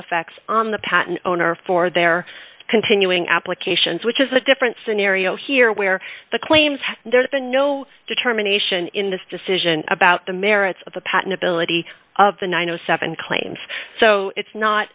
effects on the patent owner for their continuing applications which is a different scenario here where the claims have there been no determination in this decision about the merits of the patent ability of the nine o seven claims so it's not